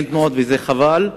זה חבל,